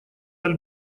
аль